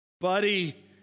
buddy